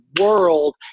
world